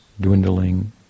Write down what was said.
dwindling